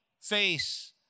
face